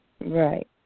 Right